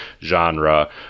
genre